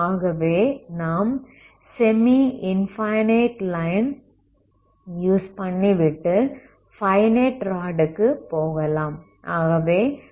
ஆகவே நாம் semi infinite line use பண்ணிவிட்டு ஃபைனைட் ராட் க்கு போகலாம்